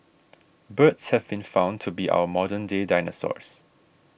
birds have been found to be our modern day dinosaurs